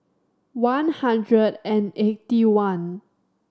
one hundred and eighty one